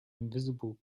invisible